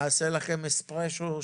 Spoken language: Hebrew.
נעשה לכם אספרסו.